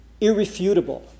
irrefutable